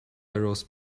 arrows